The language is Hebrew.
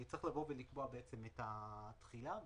צריך לקבוע את התחילה.